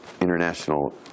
international